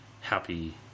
happy